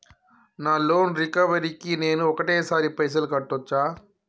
నా loan recovery కి నేను ఒకటేసరి పైసల్ కట్టొచ్చా?